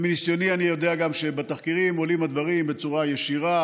מניסיוני אני גם יודע שבתחקירים עולים הדברים בצורה ישירה,